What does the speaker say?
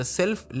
self